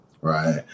Right